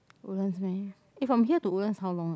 Woodlands meh from here to Woodlands how long ah